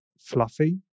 fluffy